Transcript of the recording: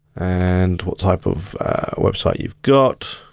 and what type of website you've got.